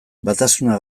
batasuna